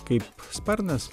kaip sparnas